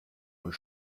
und